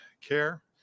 care